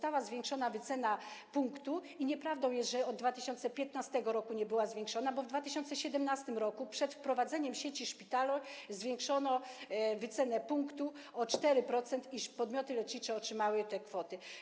Została zwiększona wycena punktu i nieprawdą jest, że od 2015 r. nie była zwiększona, bo w 2017 r., przed wprowadzeniem sieci szpitali, zwiększono wycenę punktu o 4% i podmioty lecznicze otrzymały te kwoty.